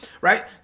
right